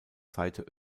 seite